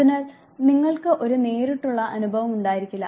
അതിനാൽ നിങ്ങൾക്ക് ഒരു നേരിട്ടുള്ള അനുഭവം ഉണ്ടായിരിക്കില്ല